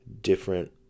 different